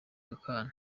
akana